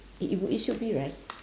it it would it should be right